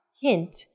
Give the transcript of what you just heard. Hint